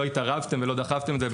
לא התערבתם ולא דחפתם את זה,